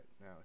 now